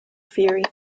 fury